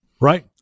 Right